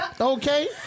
okay